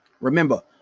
Remember